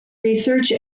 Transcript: research